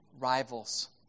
rivals